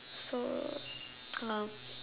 so love